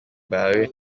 bawe